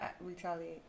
retaliate